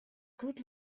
good